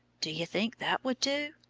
do you think that would do?